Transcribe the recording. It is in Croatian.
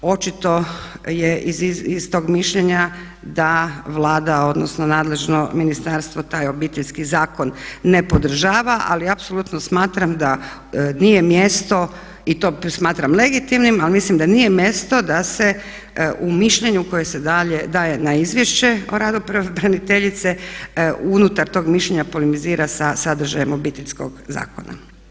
Očito je istog mišljenja da Vlada odnosno nadležno ministarstvo taj Obiteljski zakon ne podržava ali apsolutno smatram da nije mjesto i to smatram legitimni ali mislim da nije mjesto da se u mišljenju koje se daje na izvješće o radu pravobraniteljice unutar tog mišljenja polemizira sa sadržajem Obiteljskog zakona.